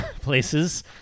places